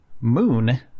Moon